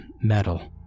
metal